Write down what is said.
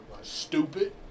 Stupid